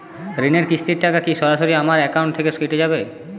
ঋণের কিস্তির টাকা কি সরাসরি আমার অ্যাকাউন্ট থেকে কেটে যাবে?